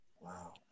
wow